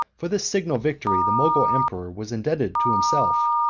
for this signal victory the mogul emperor was indebted to himself,